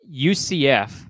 UCF